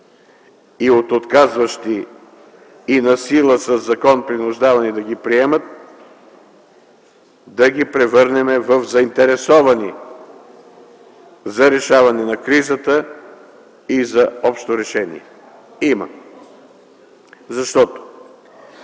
и от отказващи и насила със закон принуждавани да ги приемат, да ги превърнем в заинтересувани за решаване на кризата и за общо решение? Има. Защото,